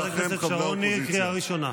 חברת הכנסת שרון ניר, קריאה ראשונה.